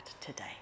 today